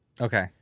Okay